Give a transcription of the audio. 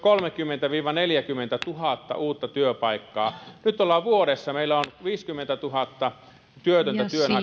kolmekymmentätuhatta viiva neljäkymmentätuhatta uutta työpaikkaa nyt ollaan vuodessa meillä on viisikymmentätuhatta työtöntä